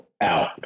out